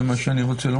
זה מה שאני רוצה לומר.